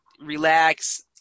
relax